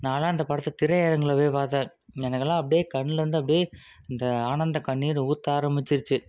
நான்லாம் அந்த படத்தை திரையரங்கில் போய் பார்த்தேன் எனக்கெல்லாம் அப்படியே கண்ணுலேருந்து அப்படியே இந்த ஆனந்த கண்ணீர் ஊற்ற ஆரம்பிச்சுடுச்சி